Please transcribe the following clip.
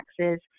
taxes